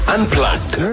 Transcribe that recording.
Unplugged